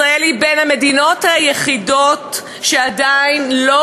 ישראל היא בין המדינות היחידות שעדיין לא